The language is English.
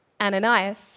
Ananias